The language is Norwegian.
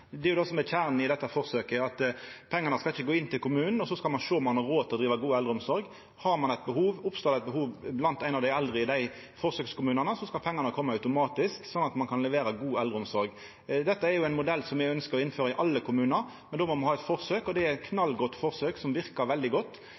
Det er det som er kjernen i dette forsøket: Pengane skal ikkje gå inn til kommunen og så skal ein sjå om ein har råd til å driva god eldreomsorg. Har ein eit behov, oppstår det eit behov blant ein av dei eldre i dei forsøkskommunane, skal pengane koma automatisk, slik at ein kan levera god eldreomsorg. Dette er ein modell me ønskjer å innføra i alle kommunar, men då må me ha eit forsøk. Det er